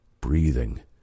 Breathing